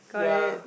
ya